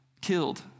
killed